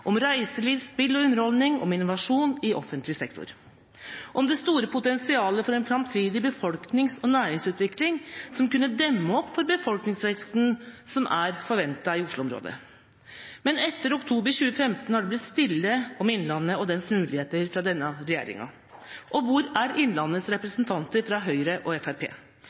reiseliv, spill og underholdning og innovasjon i offentlig sektor; om det store potensialet for en framtidig befolknings- og næringsutvikling som kunne ha demt opp for befolkningsveksten som er forventet i Oslo-området. Men etter oktober 2015 har det blitt stille fra denne regjeringa om Innlandet og dets muligheter. Hvor er Innlandets representanter fra Høyre og Fremskrittspartiet? Hvor er representantene Gundersen og Johnsen fra